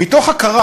"מתוך הכרה